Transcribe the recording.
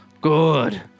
Good